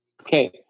Okay